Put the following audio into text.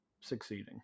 succeeding